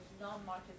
non-market